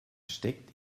steckt